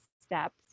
steps